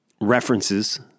references